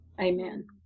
Amen